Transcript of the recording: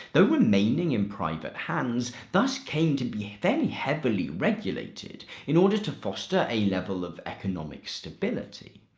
though remaining in private hands, thus came to be very heavily regulated in order to foster a level of economic stability.